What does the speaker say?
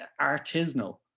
artisanal